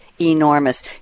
enormous